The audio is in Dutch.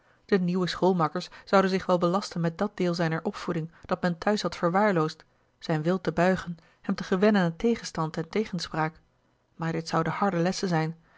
de nieuwe schoolmakkers zouden zich wel belasten met dat deel zijner opvoeding dat men thuis had verwaarloosd a l g bosboom-toussaint de delftsche wonderdokter eel zijn wil te buigen hem te gewennen aan tegenstand en tegenspraak maar dit zoude harde lessen zijn